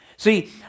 See